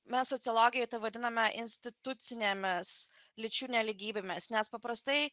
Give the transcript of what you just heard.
mes sociologijoj tai vadiname institucinėmis lyčių nelygybėmis nes paprastai